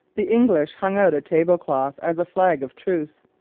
the english hung out a tablecloth as a flag of truce,